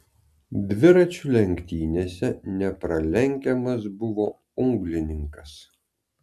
dviračių lenktynėse nepralenkiamas buvo unglininkas